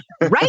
right